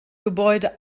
gebäude